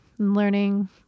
learning